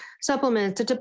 Supplements